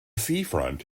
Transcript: seafront